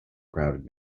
crowded